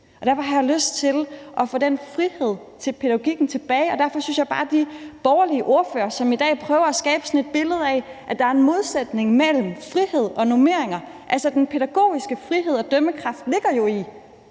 Derfor har jeg lyst til at få den frihed til pædagogikken tilbage, og derfor synes jeg bare, at de borgerlige ordførere i dag prøver at skabe sådan et billede af, at der er en modsætning mellem frihed og normeringer. Altså, den pædagogiske frihed og dømmekraft ligger jo i,